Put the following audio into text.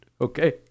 okay